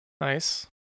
Nice